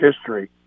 history